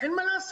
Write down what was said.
אין מה לעשות.